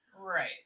Right